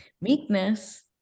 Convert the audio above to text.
Meekness